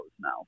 now